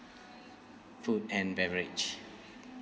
food and beverage